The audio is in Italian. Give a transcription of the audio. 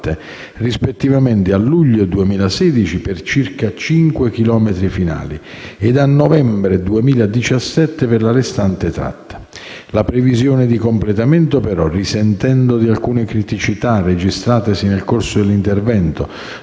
rispettivamente a luglio 2016 per i circa cinque chilometri finali e a novembre 2017 per la restante tratta. La previsione di completamento, però, risentendo di alcune criticità registratesi nel corso dell'intervento